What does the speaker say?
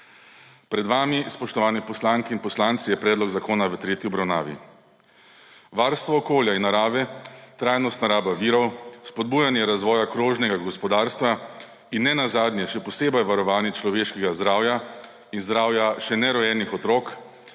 Pred vami, spoštovane poslanke in poslanci, je predlog zakona v tretji obravnavi. Varstvo okolja in narave, trajnostna raba virov, spodbujanje razvoja krožnega gospodarstva in nenazadnje še posebej varovanje človeškega zdravja in zdravja še nerojenih otrok